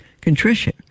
contrition